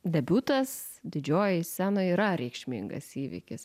debiutas didžiojoj scenoj yra reikšmingas įvykis